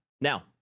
now